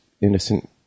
innocent